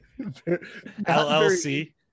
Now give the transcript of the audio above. LLC